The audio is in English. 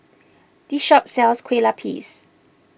this shop sells Kueh Lapis